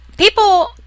People